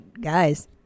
guys